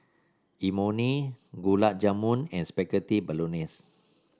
Imoni Gulab Jamun and Spaghetti Bolognese